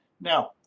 Now